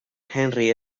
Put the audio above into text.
henri